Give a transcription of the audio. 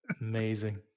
amazing